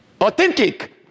authentic